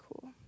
cool